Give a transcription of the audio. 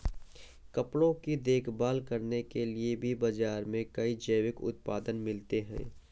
कपड़ों की देखभाल करने के लिए भी बाज़ार में कई जैविक उत्पाद मिलते हैं